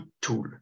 tool